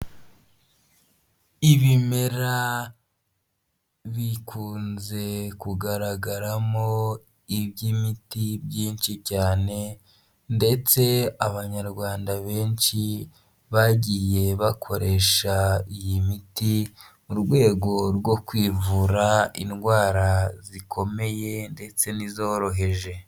Ibimera bikunze kugaragaramo iby'imiti byinshi cyane ndetse abanyarwanda benshi bagiye bakoresha iyi miti mu rwego rwo kwivura indwara zikomeye ndetse n'izoroheje.